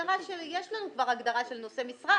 יש לנו כבר הגדרה של "נושא משרה",